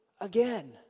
again